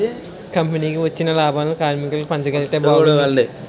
కంపెనీకి వచ్చిన లాభాలను కార్మికులకు పంచగలిగితే బాగున్ను